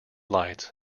lights